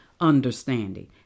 understanding